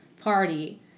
party